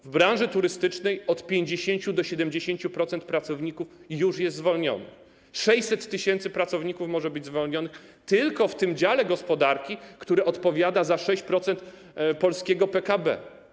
W branży turystycznej od 50% do 70% pracowników już jest zwolnionych, 600 tys. pracowników może być zwolnionych - tylko w tym dziale gospodarki, który odpowiada za 6% polskiego PKB.